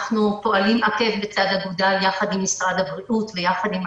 אנחנו פועלים עקב בצד אגודל ביחד עם